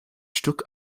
stück